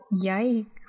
Yikes